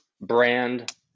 brand